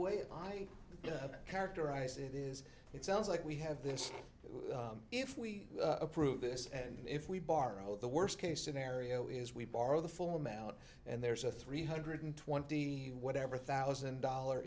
way i characterize it is it sounds like we have this if we approve this and if we borrow the worst case scenario is we borrow the full amount and there's a three hundred twenty whatever thousand dollar